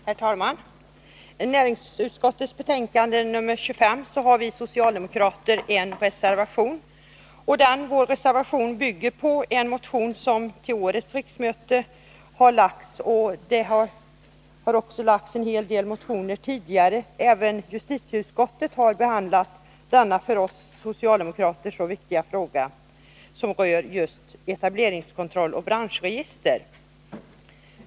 Herr talman! Till näringsutskottets betänkande nr 25 har vi socialdemokrater fogat en reservation, och denna vår reservation bygger på en motion som väckts under årets riksmöte. Det har också väckts en del motioner tidigare i denna fråga. Även justitieutskottet har behandlat denna för oss socialdemokrater så viktiga fråga som gäller just etableringskontroll och branschregister.